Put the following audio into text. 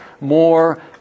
more